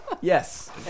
yes